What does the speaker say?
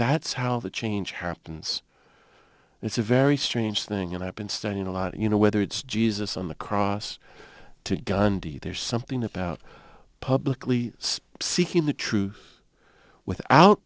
that's how the change happens it's a very strange thing and i've been studying a lot you know whether it's jesus on the cross to gandhi there's something about publicly sp's seeking the truth without